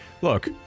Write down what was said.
Look